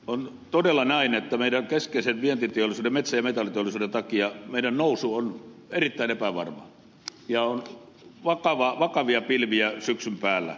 on todella näin että meidän keskeisen vientiteollisuutemme metsä ja metalliteollisuuden takia meidän nousumme on erittäin epävarmaa ja on vakavia pilviä syksyn päällä